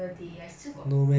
err no choice [what]